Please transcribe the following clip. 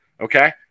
Okay